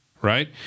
Right